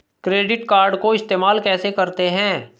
Credit card को इस्तेमाल कैसे करते हैं?